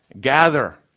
Gather